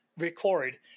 record